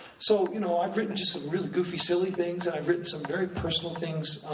so you know i've written just some really goofy, silly things, and i've written some very personal things,